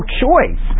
choice